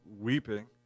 weeping